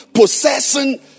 possessing